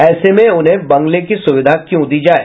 ऐसे में उन्हें बंगले की सुविधा क्यों दी जाए